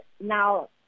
now